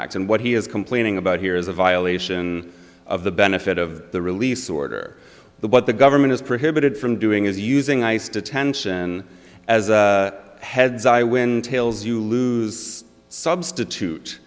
act and what he is complaining about here is a violation of the benefit of the release order the what the government is prohibited from doing is using ice detention as a heads i win tails you lose substitute